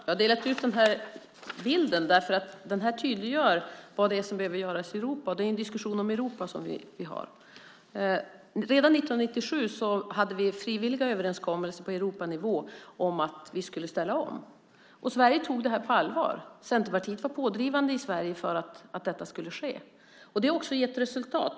Fru talman! Den bild som jag visar tydliggör vad det är som behöver göras i Europa, och det är en diskussion om Europa som vi nu för. Redan 1997 träffade vi en frivillig överenskommelse på Europanivå om att vi skulle ställa om, och Sverige tog den på allvar. Centerpartiet var pådrivande i Sverige för att detta skulle ske. Det har också gett resultat.